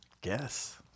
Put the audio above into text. guess